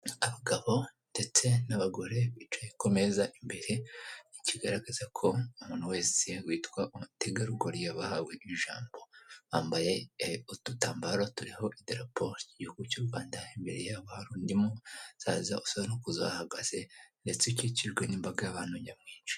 Abagabo ndetse n'abagore bicaye ku meza imbere, ikigaragaza ko umuntu wese witwa umutegarugori yahawe ijambo, bambaye udutambaro turiho idarapo ry'igihugu cy'u Rwanda, imbere yabo hari undi musaza usa n'ukuze ahagaze ndetse akikijwe n'imbaga yabantu nyamwinshi.